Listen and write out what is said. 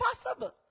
impossible